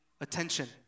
attention